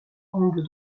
angle